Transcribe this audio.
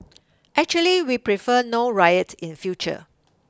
actually we prefer no riot in future